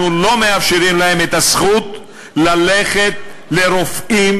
אנחנו לא מאפשרים להם את הזכות ללכת לרופאים